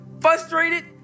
frustrated